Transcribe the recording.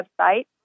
website